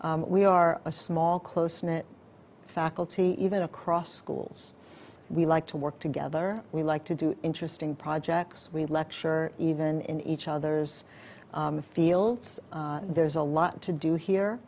we are a small close knit faculty even across schools we like to work together we like to do interesting projects we lecture even in each other's fields there's a lot to do here